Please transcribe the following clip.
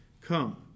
come